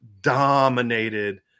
dominated